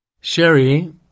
Sherry